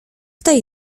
tej